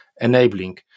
enabling